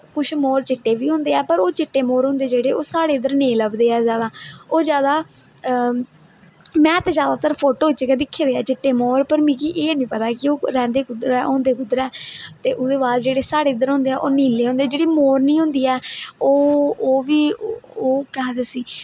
कुछ मोर चिट्टे बी होंदे हे पर ओह्चिट्टे मोर होंदे जेहडे़ ओह् साढ़े इद्धर नेईं लभदे ज्यादा ओह् ज्यादा में ते जयादातर फोटो च गे दिक्खे दे चिट्टे मोर पर मिगी एह् हे नी पता कि ओह् रैहंदे कुद्धर ऐ होंदे कुद्धर ऐ ते ओहदे बाद जेहडे़ साढ़े इद्धर होंदे ऐ ओह् नीले होंदे जेहड़ी मोरनी होंदी ऐ ओह् बी केह् आक्खदे उसी